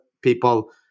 people